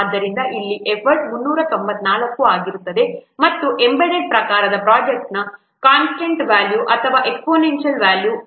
ಆದ್ದರಿಂದ ಇಲ್ಲಿ ಎಫರ್ಟ್ 394 ಆಗಿರುತ್ತದೆ ಮತ್ತು ಎಂಬೆಡೆಡ್ ಪ್ರಕಾರದ ಪ್ರೊಜೆಕ್ಟ್ನ ಕನ್ಸ್ಟಂಟ್ನ ವ್ಯಾಲ್ಯೂ ಅಥವಾ ಎಕ್ಸ್ಪೋನೆಂಟ್ ವ್ಯಾಲ್ಯೂ 0